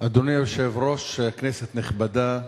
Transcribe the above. אדוני היושב-ראש, כנסת נכבדה,